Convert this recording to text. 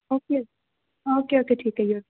okay okay okay ਠੀਕ ਆ ਜੀ ਓਕੇ